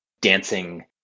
dancing